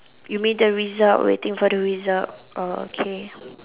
you mean the result waiting for the results oh okay